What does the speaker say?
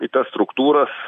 į tas struktūras